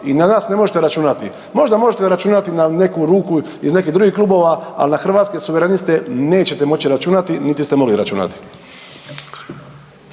i na nas ne možete računati. Možda možete računati na neku ruku iz nekih drugih klubova, al na Hrvatske suvereniste nećete moći računati, niti ste mogli računati.